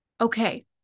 Okay